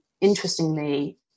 interestingly